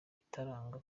igatanga